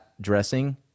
dressing